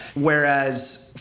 whereas